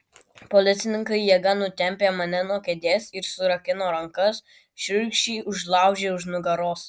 policininkai jėga nutempė mane nuo kėdės ir surakino rankas šiurkščiai užlaužę už nugaros